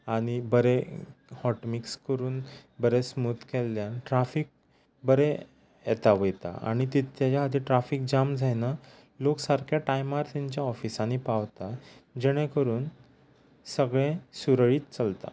आनी बरे हॉटमिक्स करून बरे स्मूत केल्ल्यान ट्राफीक बरें येता वयता आनी तीत ताज्या खातीर ट्राफीक जाम जायना लोक सारके टायमार तांच्या ऑफिसानी पावता जेणे करून सगळें सुरळीत चलता